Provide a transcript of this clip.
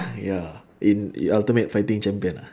ya in in ultimate fighting champion ah